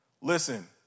Listen